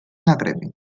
ნაკრები